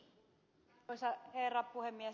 arvoisa herra puhemies